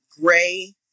gray